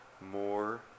more